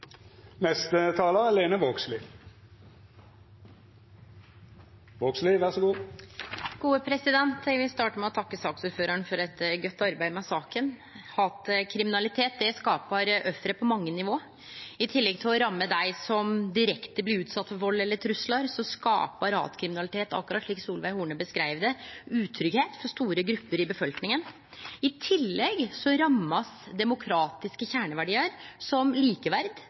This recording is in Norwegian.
Eg vil starte med å takke saksordføraren for eit godt arbeid med saka. Hatkriminalitet skapar offer på mange nivå. I tillegg til å ramme dei som direkte blir utsette for vald eller trugslar, skapar hatkriminalitet, akkurat slik som Solveig Horne skildra det, utryggleik for store grupper i befolkninga. I tillegg blir demokratiske kjerneverdiar som likeverd,